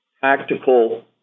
tactical